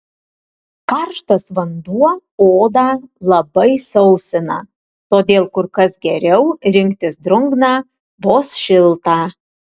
karštas vanduo odą labai sausina todėl kur kas geriau rinktis drungną vos šiltą